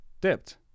dipped